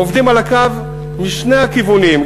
עובדים על הקו משני הכיוונים,